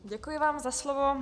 Děkuji vám za slovo.